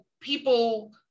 people